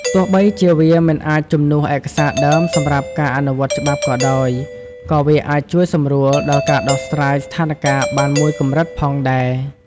ទោះបីជាវាមិនអាចជំនួសឯកសារដើមសម្រាប់ការអនុវត្តច្បាប់ក៏ដោយ ក៏វាអាចជួយសម្រួលដល់ការដោះស្រាយស្ថានការណ៍បានមួយកម្រិតផងដែរ។